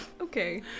Okay